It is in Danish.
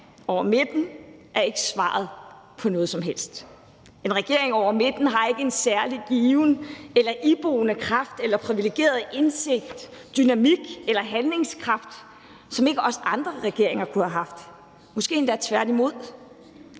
over midten er ikke svaret på noget som helst; en regering over midten har ikke en særlig given eller iboende kraft eller privilegeret indsigt, dynamik eller handlekraft, som ikke også andre regeringer kunne have haft – måske endda tværtimod.